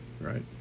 right